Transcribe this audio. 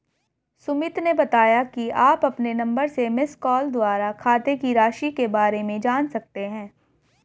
सुमित ने बताया कि आप अपने नंबर से मिसकॉल द्वारा खाते की राशि के बारे में जान सकते हैं